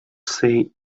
say